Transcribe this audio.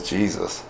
Jesus